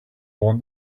want